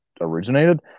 originated